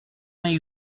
vingt